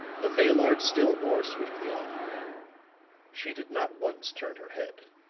the maillard still bore swiftly on she did not once turn her head.